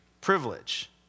privilege